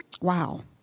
Wow